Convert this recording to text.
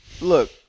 Look